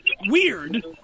Weird